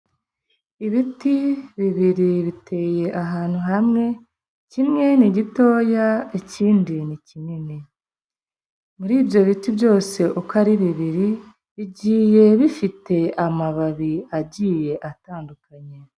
Ibiti bibiri biteye ahantu hamwe, kimwe ni gitoya ikindi ni kinini, muri ibyo biti byose uko ari bibiri bigiye bifite amababi agiye atandukanye.